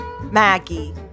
Maggie